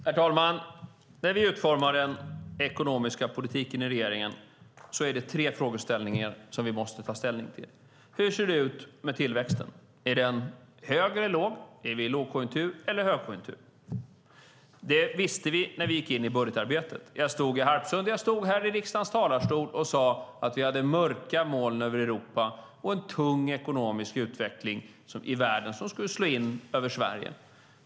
Herr talman! När vi i regeringen utformar den ekonomiska politiken är det tre frågeställningar som vi måste ta ställning till. Den första är: Hur ser det ut med tillväxten? Är den hög eller låg? Är vi i lågkonjunktur eller i högkonjunktur? Det visste vi när vi gick in i budgetarbetet. Jag stod i Harpsund och stod här i riksdagens talarstol och sade att vi hade mörka moln över Europa och en tung ekonomisk utveckling i världen som skulle slå in över Sverige.